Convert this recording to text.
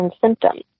symptoms